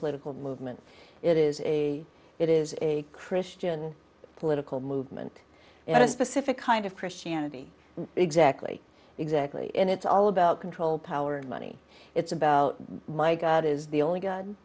absolutely movement it is a it is a christian political movement and a specific kind of christianity exactly exactly and it's all about control power and money it's about my gut is the only god